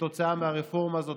כתוצאה מהרפורמה הזאת,